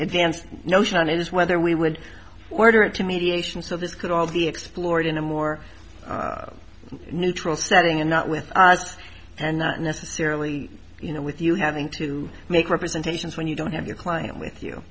advance notion on it is whether we would order it to mediation so this could all be explored in a more neutral setting and not with us and not necessarily you know with you having to make representations when you don't have your client with you